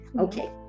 Okay